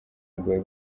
bwawe